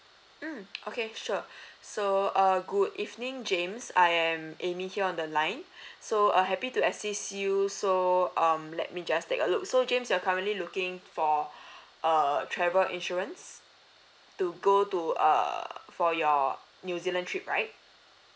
mm okay sure so uh good evening james I am amy here on the line so uh happy to assist you so um let me just take a look so james you're currently looking for err travel insurance to go to err for your new zealand trip right